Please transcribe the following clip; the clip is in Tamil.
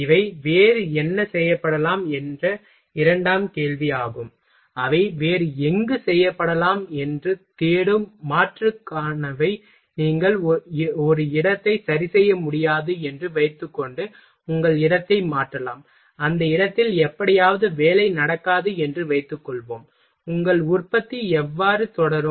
இவை வேறு என்ன செய்யப்படலாம் என்ற இரண்டாம் கேள்வியாகும் அவை வேறு எங்கு செய்யப்படலாம் என்று தேடும் மாற்றுக்கானவை நீங்கள் ஒரு இடத்தை சரிசெய்ய முடியாது என்று வைத்துக்கொண்டு உங்கள் இடத்தை மாற்றலாம் அந்த இடத்தில் எப்படியாவது வேலை நடக்காது என்று வைத்துக்கொள்வோம் உங்கள் உற்பத்தி எவ்வாறு தொடரும்